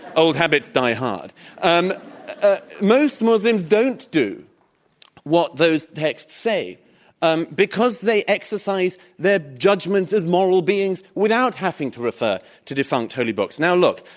old habits die-hard. um ah most muslims don't do what those texts say um because they exercise their judgment as moral beings without having to refer to defunct holy books. now, look,